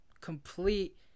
complete